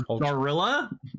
Gorilla